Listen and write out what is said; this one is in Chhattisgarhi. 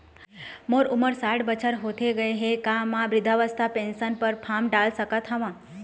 मोर उमर साठ बछर होथे गए हे का म वृद्धावस्था पेंशन पर फार्म डाल सकत हंव?